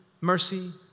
mercy